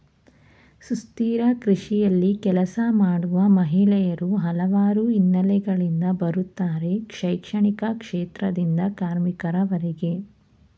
ಸುಸ್ಥಿರ ಕೃಷಿಯಲ್ಲಿ ಕೆಲಸ ಮಾಡುವ ಮಹಿಳೆಯರು ಹಲವಾರು ಹಿನ್ನೆಲೆಗಳಿಂದ ಬರುತ್ತಾರೆ ಶೈಕ್ಷಣಿಕ ಕ್ಷೇತ್ರದಿಂದ ಕಾರ್ಮಿಕರವರೆಗೆ